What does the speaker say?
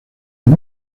con